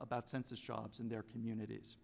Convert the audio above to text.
about census jobs in their communities